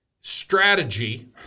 strategy